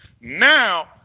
Now